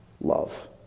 love